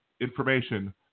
information